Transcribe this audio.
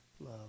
love